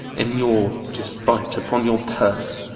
in your despite, upon your purse?